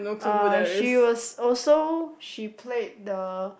uh she was also she played the